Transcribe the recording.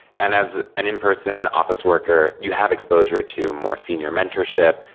and as an in-person office worker, you have exposure to more senior mentorship.